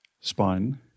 spine